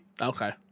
Okay